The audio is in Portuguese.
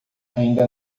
ainda